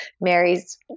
Mary's